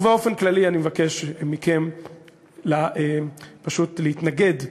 ובאופן כללי אני מבקש מכם פשוט להתנגד,